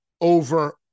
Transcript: over